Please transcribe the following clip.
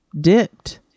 dipped